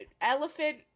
Elephant